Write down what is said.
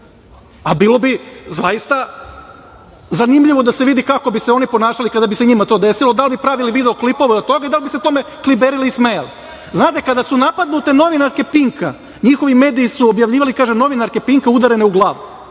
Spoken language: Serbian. a bilo bi zaista zanimljivo da se vidi kako bi se oni ponašali kada bi se njima to desilo, da li bi pravili video-klipove od toga i da li bi se tome kliberili i smejali. Znate, kada su napadnute novinarke „Pinka“, njihovi mediji su objavljivali – novinarke „Pinka“ udarene u glavu.